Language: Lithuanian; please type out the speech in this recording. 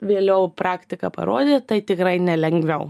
vėliau praktika parodė tai tikrai ne lengviau